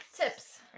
Tips